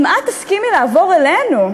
אם את תסכימי לעבור אלינו,